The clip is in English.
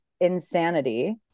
insanity